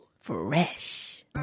Fresh